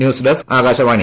news desk Akashvani